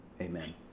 Amen